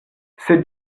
sed